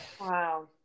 Wow